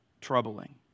troubling